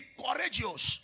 courageous